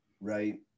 right